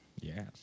Yes